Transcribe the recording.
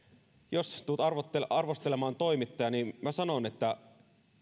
jos tulet arvostelemaan arvostelemaan toimittajaa niin minä sanon että